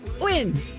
win